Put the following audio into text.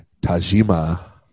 Tajima